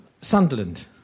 Sunderland